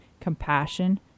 Compassion